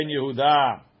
Yehuda